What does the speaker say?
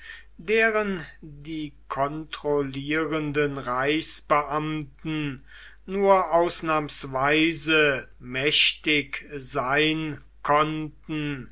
deren die kontrollierenden reichsbeamten nur ausnahmsweise mächtig sein konnten